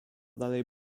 dalej